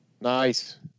Nice